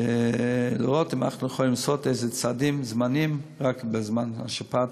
ולראות אם אנחנו יכולים לעשות צעדים זמניים רק בזמן השפעת,